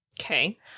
Okay